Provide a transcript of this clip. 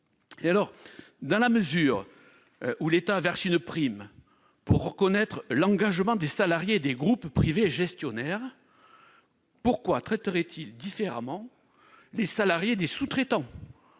en tête. Dans la mesure où l'État verse une prime pour reconnaître l'engagement des salariés des groupes privés gestionnaires, pourquoi traiterait-il différemment les salariés des sous-traitants ?